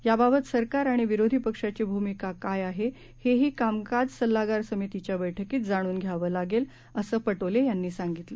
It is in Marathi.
याबाबत सरकार आणि विरोधी पक्षाची भूमिका काय आहे हेही कामकाज सल्लागार समितीच्या बैठकीत जाणून घ्यावं लागेल असं पटोले यांनी सांगितलं